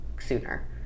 sooner